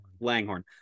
Langhorn